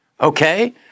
Okay